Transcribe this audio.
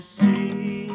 see